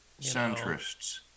Centrists